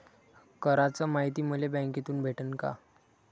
कराच मायती मले बँकेतून भेटन का?